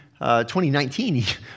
2019